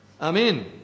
Amen